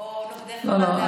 או נוגדי חרדה?